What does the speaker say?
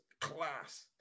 class